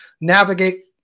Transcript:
navigate